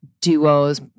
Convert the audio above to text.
duos